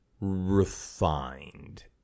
refined